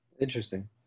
Interesting